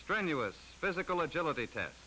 strenuous physical agility test